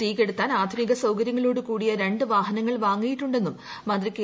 തീ കെടുത്താൻ ആധു്നിക സൌകര്യങ്ങളോടു കൂടിയ രണ്ട് വാഹനങ്ങൾ വാങ്ങിയിട്ടുണ്ടെന്നും മന്ത്രി കെ